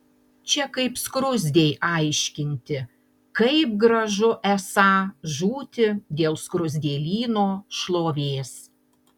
čia kaip skruzdei aiškinti kaip gražu esą žūti dėl skruzdėlyno šlovės